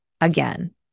again